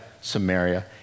Samaria